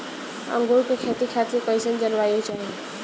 अंगूर के खेती खातिर कइसन जलवायु चाही?